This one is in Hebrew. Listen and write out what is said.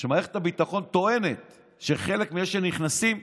שמערכת הביטחון טוענת שחלק מאלה שנכנסים,